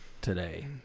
today